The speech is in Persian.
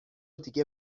دیگه